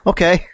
Okay